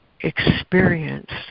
experienced